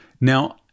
Now